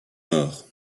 mort